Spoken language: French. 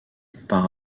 par